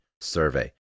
survey